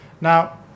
Now